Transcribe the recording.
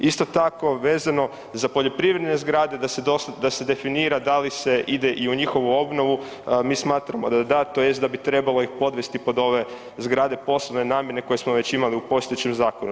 Isto tako vezano za poljoprivredne zgrade da se definira da li se ide i u njihovu obnovu, mi smatramo da da tj. da bi trebalo ih podvesti pod ove zgrade posebne namjene koje smo već imali u postojećem zakonu.